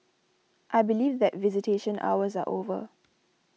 I believe that visitation hours are over